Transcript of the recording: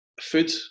food